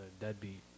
deadbeat